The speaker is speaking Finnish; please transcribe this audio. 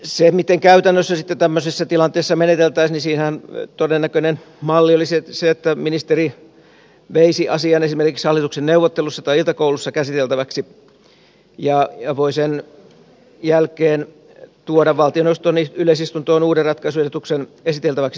siihen miten käytännössä sitten tämmöisessä tilanteessa meneteltäisiin todennäköinen malli olisi se että ministeri veisi asian esimerkiksi hallituksen neuvottelussa tai iltakoulussa käsiteltäväksi ja voi sen jälkeen tuoda valtioneuvoston yleisistuntoon uuden ratkaisuehdotuksen esiteltäväksi tasavallan presidentille